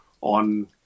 on